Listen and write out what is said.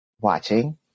watching